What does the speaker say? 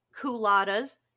culottes